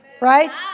Right